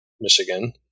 Michigan